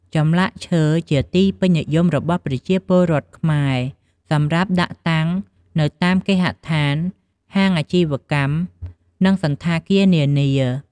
ចម្លាក់ឈើជាទីពេញនិយមរបស់ប្រជាពលរដ្ឋខ្មែរ សម្រាប់ដាក់តាំងនៅតាមគេហដ្ឋាន, ហាងអាជីវកម្ម និងសណ្ឋាគារនានា ។